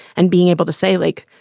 and being able to say, like,